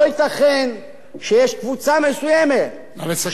לא ייתכן שיש קבוצה מסוימת, נא לסכם.